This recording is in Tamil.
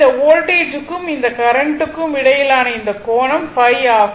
இந்த வோல்டேஜ் க்கும் இந்த கரண்ட் க்கும் இடையிலான இந்த கோணம் ϕ ஆகும்